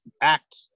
act